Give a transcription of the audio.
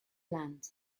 bland